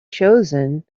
chosen